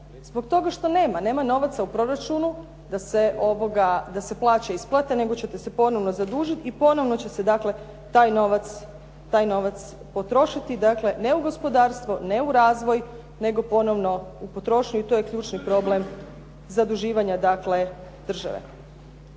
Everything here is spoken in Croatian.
zbog toga što nema, nema novaca u proračunu da se plaće isplate, nego ćete se ponovno zadužiti i ponovno će se taj novac potrošiti, dakle, ne u gospodarstvo, ne u razvoj, nego ponovno u potrošnju i to je ključni problem zaduživanja dakle,